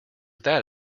that